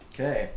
Okay